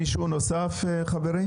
מישהו נוסף רוצה לדבר?